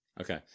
Okay